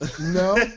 no